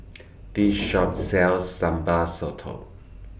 This Shop sells Sambal Sotong